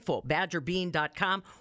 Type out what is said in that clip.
badgerbean.com